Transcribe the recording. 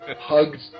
hugged